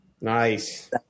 Nice